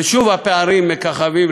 ושוב הפערים מככבים.